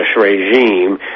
regime